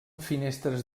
finestres